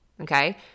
Okay